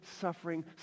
suffering